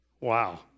Wow